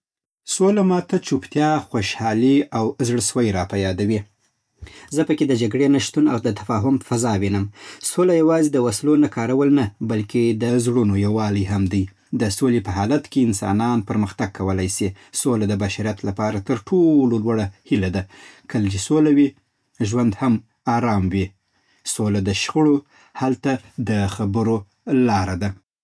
سوله ماته چوپتیا، خوشحالي او زړسوي راپه یادوي. زه پکې د جګړې نه‌شتون او د تفاهم فضا وینم. سوله یوازې د وسلو نه‌کارول نه، بلکې د زړونو یووالی هم دی. د سولې په حالت کې انسانان پرمختګ کولی سي. سوله د بشريت لپاره تر ټولو لوړه هیله ده. کله چې سوله وي، ژوند هم ارام وي. سوله د شخړو حل ته د خبرو لاره ده.